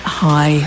hi